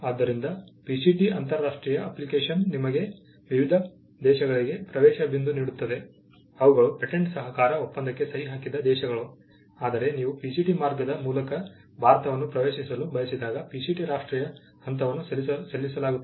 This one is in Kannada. ಆದ್ದರಿಂದ PCT ಅಂತರರಾಷ್ಟ್ರೀಯ ಅಪ್ಲಿಕೇಶನ್ ನಿಮಗೆ ವಿವಿಧ ದೇಶಗಳಿಗೆ ಪ್ರವೇಶ ಬಿಂದು ನೀಡುತ್ತದೆ ಅವುಗಳು ಪೇಟೆಂಟ್ ಸಹಕಾರ ಒಪ್ಪಂದಕ್ಕೆ ಸಹಿ ಹಾಕಿದ ದೇಶಗಳು ಆದರೆ ನೀವು PCT ಮಾರ್ಗದ ಮೂಲಕ ಭಾರತವನ್ನು ಪ್ರವೇಶಿಸಲು ಬಯಸಿದಾಗ PCT ರಾಷ್ಟ್ರೀಯ ಹಂತವನ್ನು ಸಲ್ಲಿಸಲಾಗುತ್ತದೆ